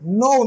no